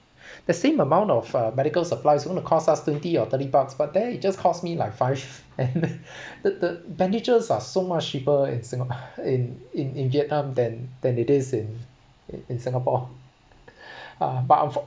the same amount of uh medical supplies is going to cost us twenty or thirty bucks but there it just cost me like five and the the bandages are so much cheaper in singap~ uh in in in vietnam than than it is in in singapore uh but